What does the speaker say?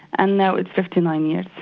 and now it's fifty nine years.